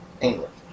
England